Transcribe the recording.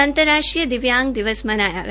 आज अंतर्राष्ट्रीय दिव्यांग दिवस मनाया गया